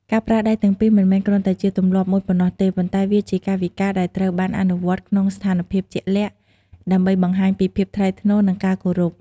ការប្រើដៃទាំងពីរ មិនមែនគ្រាន់តែជាទម្លាប់មួយប៉ុណ្ណោះទេ ប៉ុន្តែវាជាកាយវិការដែលត្រូវបានអនុវត្តក្នុងស្ថានភាពជាក់លាក់ ដើម្បីបង្ហាញពីភាពថ្លៃថ្នូរ និងការគោរព។